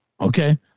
Okay